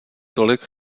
tolik